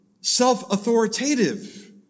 self-authoritative